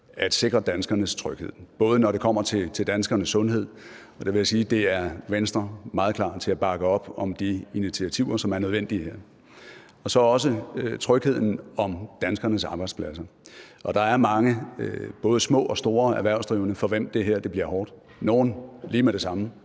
at sikre danskernes tryghed, både når det kommer til danskernes sundhed – og jeg vil sige, at Venstre er meget klar til at bakke op om de initiativer, som er nødvendige – og så også trygheden om danskernes arbejdspladser. Der er mange både små og store erhvervsdrivende, for hvem det her bliver hårdt, nogle lige med det samme